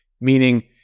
Meaning